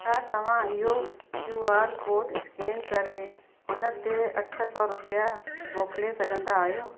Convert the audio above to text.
छा तव्हां इहो क्यू आर कोड स्केन करे हुन ते अठ सौ रुपिया मोकिले सघंदा आहियो